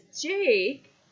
Jake